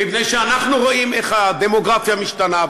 מפני שאנחנו רואים איך הדמוגרפיה משתנה,